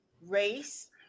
race